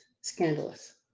Scandalous